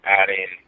adding